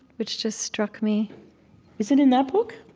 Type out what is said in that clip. which just struck me is it in that book?